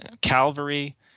Calvary